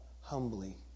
humbly